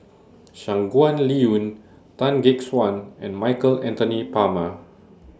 Shangguan Liuyun Tan Gek Suan and Michael Anthony Palmer